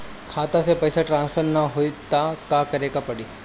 खाता से पैसा ट्रासर्फर न होई त का करे के पड़ी?